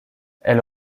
elle